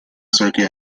circuit